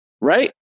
right